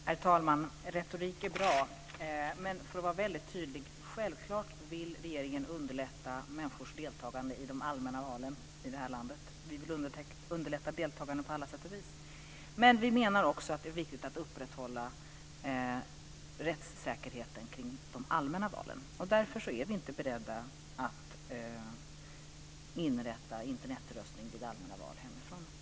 Herr talman! Retorik är bra. Men, för att vara väldigt tydlig, självklart vill regeringen underlätta människors deltagande i de allmänna valen i det här landet. Vi vill underlätta deltagandet på alla sätt och vis, men vi menar också att det är viktigt att upprätthålla rättssäkerheten kring de allmänna valen. Därför är vi inte beredda att inrätta Internetröstning hemifrån vid allmänna val.